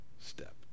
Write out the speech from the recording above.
step